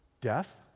death